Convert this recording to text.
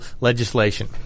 legislation